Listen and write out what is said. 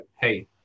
hey